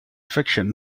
fiction